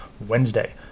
Wednesday